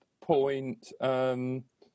point